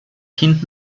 kind